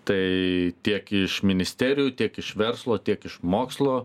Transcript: tai tiek iš ministerijų tiek iš verslo tiek iš mokslo